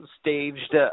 staged